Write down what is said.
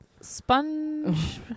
sponge